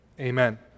Amen